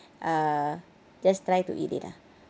uh just try to eat it ah